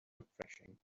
refreshing